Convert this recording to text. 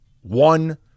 one